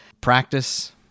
Practice